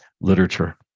literature